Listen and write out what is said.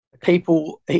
People